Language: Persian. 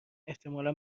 احتمالا